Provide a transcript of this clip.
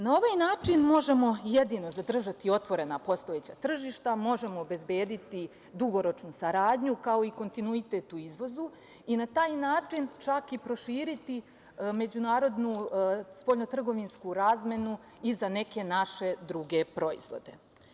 Na ovaj način možemo jedino zadržati otvorena postojeća tržišta, možemo obezbediti dugoročnu saradnju, kao i kontinuitet u izvozu i na taj način čak i proširiti međunarodnu spoljnotrgovinsku razmenu i za neke naše druge proizvode.